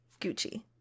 Gucci